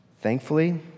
Thankfully